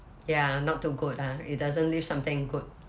ya not too good lah it doesn't leave something good